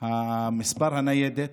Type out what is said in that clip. מספר הניידת